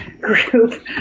group